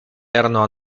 erano